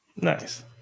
Nice